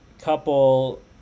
couple